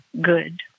good